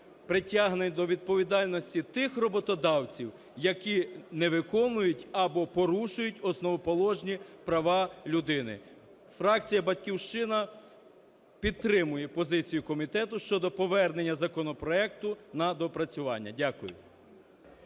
притягнення до відповідальності тих роботодавців, які не виконують або порушують основоположні права людини. Фракція "Батьківщина" підтримує позицію комітету щодо повернення законопроекту на доопрацювання. Дякую.